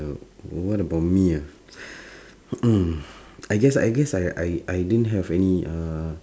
uh what about me ah I guess I guess I I I didn't have any uh